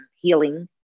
healing